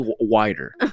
wider